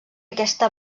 aquesta